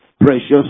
precious